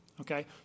Okay